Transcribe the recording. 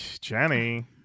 Jenny